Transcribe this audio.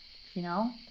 you know?